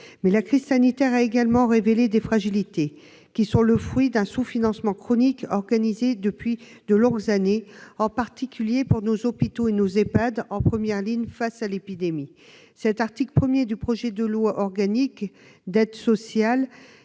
la crise sanitaire a également révélé des fragilités, qui sont le fruit d'un sous-financement chronique organisé depuis de longues années, en particulier de nos hôpitaux et de nos Ehpad, en première ligne face à l'épidémie. L'article 1 du projet de loi organique prévoit le